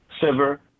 Silver